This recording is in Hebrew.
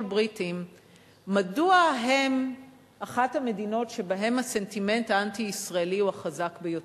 בריטים מדוע הם אחת המדינות שבהן הסנטימנט האנטי-ישראלי הוא החזק ביותר.